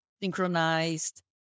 Synchronized